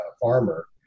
farmer